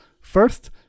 First